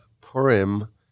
Purim